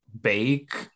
bake